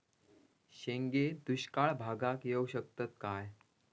शेंगे दुष्काळ भागाक येऊ शकतत काय?